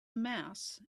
mass